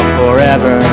forever